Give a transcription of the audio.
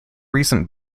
recent